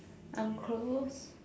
I'm close